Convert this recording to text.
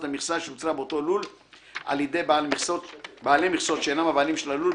המכסה שיוצרה באותו לול על ידי בעלי מכסות שאינם הבעלים של הלול,